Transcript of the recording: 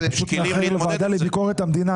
אני פשוט מאחר לוועדה לביקורת המדינה,